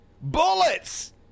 bullets